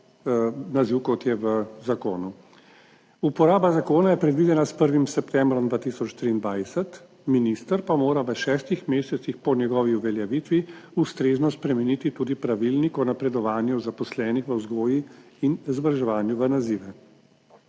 naziv, kot je v zakonu. Uporaba zakona je predvidena s 1. septembrom 2023, minister pa mora v šestih mesecih po njegovi uveljavitvi ustrezno spremeniti tudi pravilnik o napredovanju zaposlenih v vzgoji in izobraževanju v nazive.